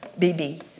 BB